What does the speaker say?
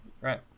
Right